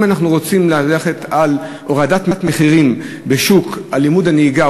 אם אנחנו רוצים ללכת על הורדת מחירים בשוק לימוד הנהיגה,